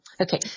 Okay